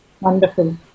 Wonderful